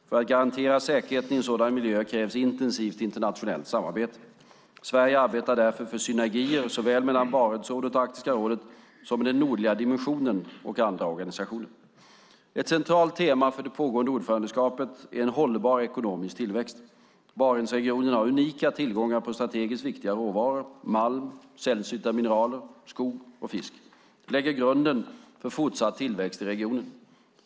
För att garantera säkerheten i en sådan miljö krävs intensivt internationellt samarbete. Sverige arbetar därför för synergier såväl mellan Barentsrådet och Arktiska rådet som med Nordliga dimensionen och andra organisationer. Ett centralt tema för det pågående ordförandeskapet är en hållbar ekonomisk tillväxt. Barentsregionen har unika tillgångar på strategiskt viktiga råvaror - malm, sällsynta mineraler, skog och fisk. De lägger grunden för fortsatt tillväxt i regionen.